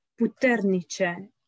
puternice